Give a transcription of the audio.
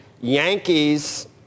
Yankees